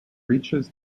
reaches